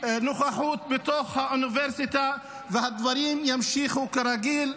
נוכחות בתוך האוניברסיטה, והדברים ימשיכו כרגיל.